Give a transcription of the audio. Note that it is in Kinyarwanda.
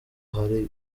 hari